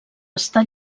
està